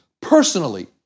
personally